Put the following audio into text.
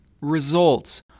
results